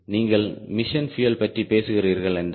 நீங்கள் mission fuel பற்றி பேசுகிறீர்கள் என்றால்